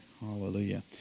Hallelujah